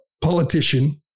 politician